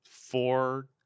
four